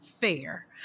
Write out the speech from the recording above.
Fair